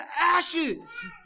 ashes